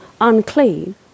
unclean